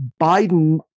Biden